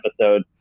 episode